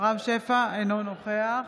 אינו נוכח